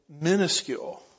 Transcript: minuscule